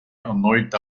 erneut